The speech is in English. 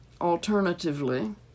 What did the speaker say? alternatively